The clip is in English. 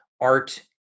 art